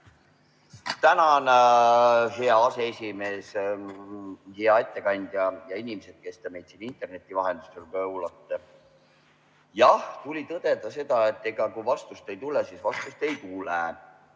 Tänan, hea aseesimees! Hea ettekandja ja head inimesed, kes te meid interneti vahendusel kuulate! Jah, tuli tõdeda seda, et kui vastust ei tule, siis vastust ei tule.